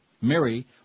Mary